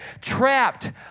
trapped